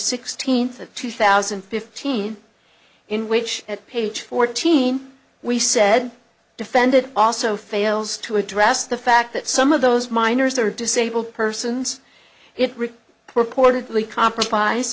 sixteenth of two thousand and fifteen in which at page fourteen we said defended also fails to address the fact that some of those miners are disabled persons it rick purportedly compromise